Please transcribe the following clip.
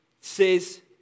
says